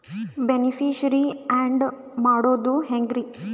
Beneficiary, add ಮಾಡೋದು ಹೆಂಗ್ರಿ?